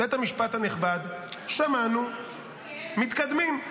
בית המשפט הנכבד, שמענו, מתקדמים.